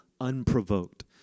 unprovoked